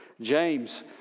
James